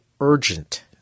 urgent